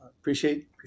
Appreciate